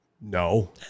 No